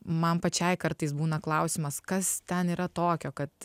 man pačiai kartais būna klausimas kas ten yra tokio kad